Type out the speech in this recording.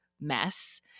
mess